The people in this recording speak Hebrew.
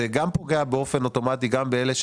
זה גם פוגע באופן אוטומטי גם באלה,